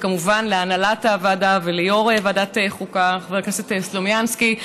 וכמובן להנהלת הוועדה וליו"ר ועדת חוקה חבר הכנסת סלומינסקי,